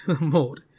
mode